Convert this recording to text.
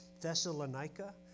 Thessalonica